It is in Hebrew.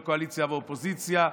לא קואליציה ולא אופוזיציה,